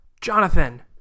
Jonathan